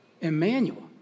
Emmanuel